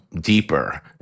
deeper